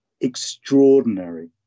extraordinary